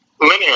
Linear